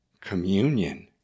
communion